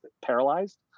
paralyzed